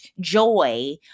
joy